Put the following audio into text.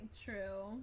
true